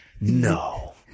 no